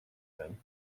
then